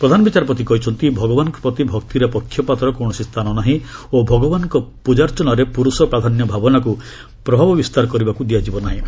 ପ୍ରଧାନବିଚାରପତି କହିଛନ୍ତି ଭଗବାନଙ୍କ ପ୍ରତି ଭକ୍ତିରେ ପକ୍ଷପାତର କୌଣସି ସ୍ଥାନ ନାହିଁ ଓ ଭଗବାନଙ୍କ ପୂଜାର୍ଚ୍ଚନାରେ ପୁରୁଷ ପ୍ରାଧାନ୍ୟ ଭାବନାକୁ ପ୍ରଭାବ ବିସ୍ତାର କରିବାକୁ ଦିଆଯିବ ନାହିଁ